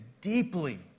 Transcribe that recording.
deeply